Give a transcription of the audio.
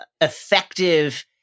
effective